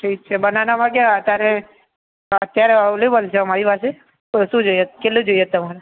ઠીક છે બનાનામાં કયા અત્યારે અત્યારે અવેલેબ્લ છે અમારી પાસે તો શું જોઈએ છે કેટલું જોઈએ છે તમારે